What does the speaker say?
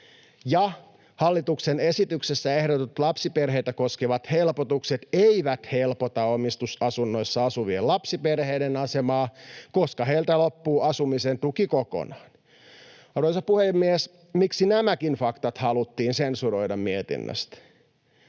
”Hallituksen esityksessä ehdotetut lapsiperheitä koskevat helpotukset eivät helpota omistusasunnoissa asuvien lapsiperheiden asemaa, koska heiltä loppuu asumisen tuki kokonaan.” Miksi nämäkin faktat haluttiin sensuroida mietinnöstä?